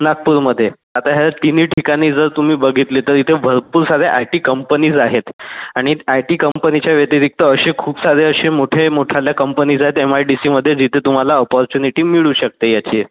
नागपूरमध्ये आता ह्या तीनी ठिकाणी जर तुम्ही बघितले तर इथे भरपूर सारे आय टी कंपनीज आहेत आणि आय टी कंपनीच्या व्यतिरिक्त असे खूप सारे असे मोठे मोठाल्या कंपनीज आहेत एम आय डी सीमध्ये जिथे तुम्हाला अपॉर्च्युनिटी मिळू शकते ह्याची